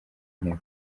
intebe